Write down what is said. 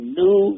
new